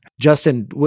Justin